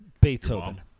Beethoven